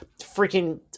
freaking